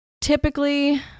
typically